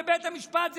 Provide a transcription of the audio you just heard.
בית המשפט,